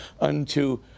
unto